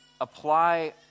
apply